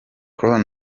khloe